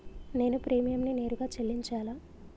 నేను ప్రీమియంని నేరుగా చెల్లించాలా?